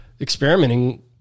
experimenting